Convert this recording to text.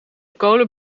kolen